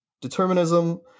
determinism